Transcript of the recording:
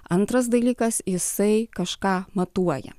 antras dalykas jisai kažką matuoja